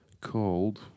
called